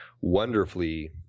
wonderfully